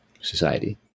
society